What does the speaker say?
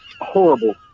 Horrible